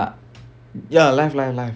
ah ya live live live